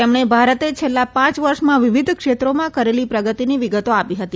તેમણે ભારતે છેલ્લા પાંચ વર્ષમાં વિવિધ ક્ષેત્રોમાં કરેલી પ્રગતિની વિગતો આપી હતી